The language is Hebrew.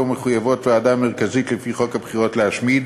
שאותו מחויבת הוועדה המרכזית לפי חוק הבחירות להשמיד,